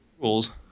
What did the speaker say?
rules